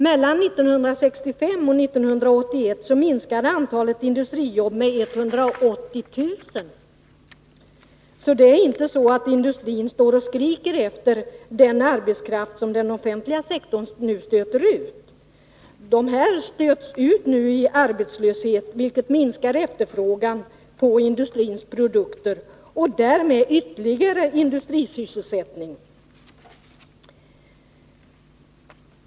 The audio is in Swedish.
Mellan 1965 och 1981 minskade antalet industrijobb med 180 000. Det är inte så att industrin står och skriker efter den arbetskraft som den offentliga sektorn nu stöter ut. De här människorna stöts ut i arbetslöshet, vilket minskar efterfrågan på industrins produkter, och därmed minskas industrisysselsättningen ytterligare.